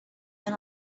than